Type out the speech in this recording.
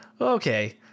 okay